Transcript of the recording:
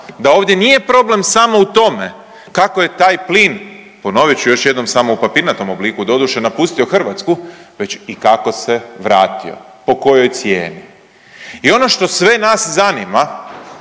da ovdje nije problem samo u tome kako je taj plin, ponovit ću još jednom, samo u papirnatom obliku, doduše, napustio Hrvatsku, već i kako se vratio, po kojoj cijeni i ono što sve nas zanima